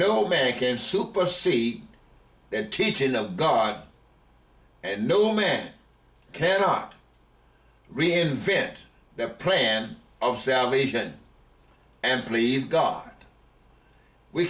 no man can supersede the teaching of god and no man cannot reinvent the plan of salvation and please god we